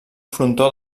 frontó